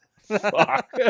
Fuck